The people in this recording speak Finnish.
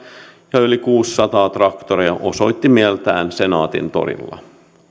ja yli kuusisataa traktoria osoitti mieltään senaatintorilla